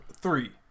three